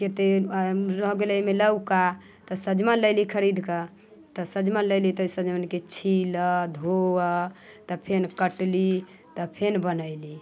कतेक रहि गेलै एहिमे लौका तऽ सजमनि लयली तऽ सजमनि लयली तऽ सजमनिकेँ छीलह धोअह तऽ फेर कटली तऽ फेर बनयली